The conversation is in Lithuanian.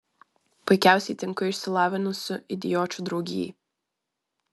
puikiausiai tinku išsilavinusių idiočių draugijai